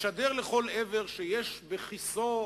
משדר לכל עבר שיש בכיסו,